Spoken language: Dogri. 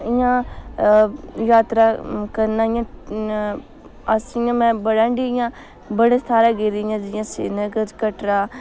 इ'यां जात्तरां करना इ'यां अस इ'यां में बड़ा हंडी आं बड़े थाह्रै गेदी जियां श्रीनगर कटड़ा